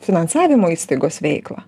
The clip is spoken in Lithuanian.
finansavimo įstaigos veiklą